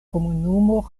komunumo